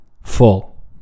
full